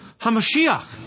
Hamashiach